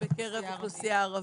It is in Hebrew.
בקרב האוכלוסייה הערבית.